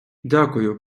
дякую